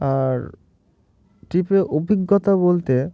আর ট্রিপের অভিজ্ঞতা বলতে